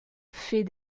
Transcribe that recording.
fait